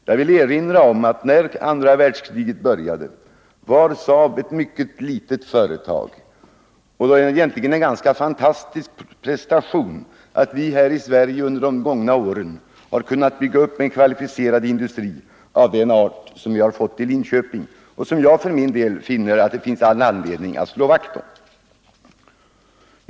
Jag vill erinra om att när andra världskriget började var SAAB ett mycket litet företag, och det är egentligen en fantastisk prestation att vi här i Sverige under de gångna åren har kunnat bygga upp en så kvalificerad industri som den i Linköping. Jag finner all anledning att vi slår vakt om den.